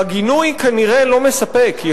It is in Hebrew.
והגינוי כנראה לא מספק,